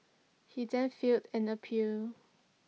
he then filed an appeal